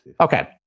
Okay